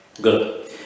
Good